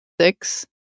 Six